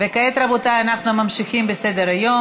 וכעת, רבותיי, אנחנו ממשיכים בסדר-היום.